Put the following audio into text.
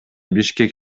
бишкек